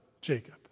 Jacob